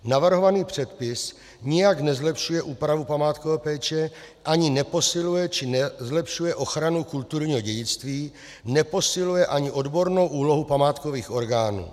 Navrhovaný předpis nijak nezlepšuje úpravu památkové péče ani neposiluje či nezlepšuje ochranu kulturního dědictví, neposiluje ani odbornou úlohu památkových orgánů.